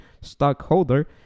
stockholder